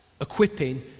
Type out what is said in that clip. equipping